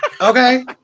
Okay